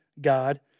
God